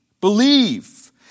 believe